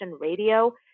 radio